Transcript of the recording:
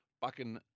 Bucking